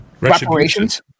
Reparations